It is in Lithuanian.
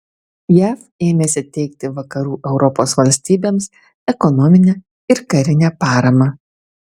jav ėmėsi teikti vakarų europos valstybėms ekonominę ir karinę paramą